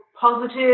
Positive